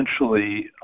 essentially